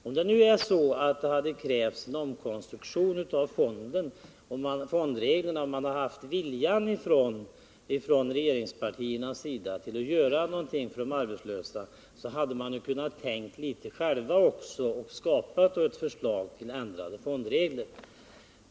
Om det nu hade krävts en omkonstruktion av fondreglerna och regeringspartierna hade haft viljan att göra någonting för de arbetslösa, så hade man ju kunnat tänka litet själv också och skapa ett förslag till ändrade fondregler.